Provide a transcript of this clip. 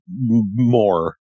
more